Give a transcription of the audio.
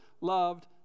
loved